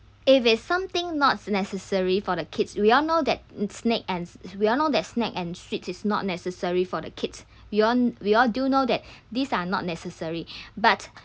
if it's something not necessary for the kids we all know that snake and we all know that snack and sweet is not necessary for the kids we all we all do know that these are not necessary but